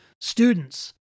students